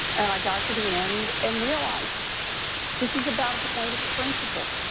and i got to the end and realized this is about a point of principle.